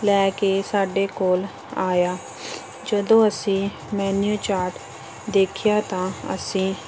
ਲੈ ਕੇ ਸਾਡੇ ਕੋਲ ਆਇਆ ਜਦੋਂ ਅਸੀਂ ਮੈਨਿਊ ਚਾਰਟ ਦੇਖਿਆ ਤਾਂ ਅਸੀਂ